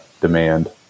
demand